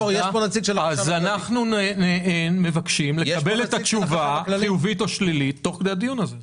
אנחנו מבקשים לקבל תשובה חיובית או שלילית תוך כדי הדיון הזה.